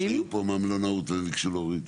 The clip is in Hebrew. אתה זוכר שהיו פה מהמלונאות וביקשו להוריד?